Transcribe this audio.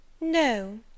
No